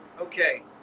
Okay